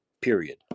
Period